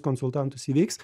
konsultantus įveiks